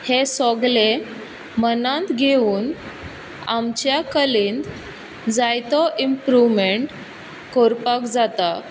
हें सगलें मनांत घेवन आमच्या कलेंत जायतो इमप्रुवमेंट करपाक जाता